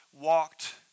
walked